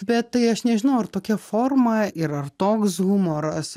bet tai aš nežinau ar tokia forma ir ar toks humoras